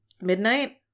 midnight